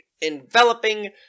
enveloping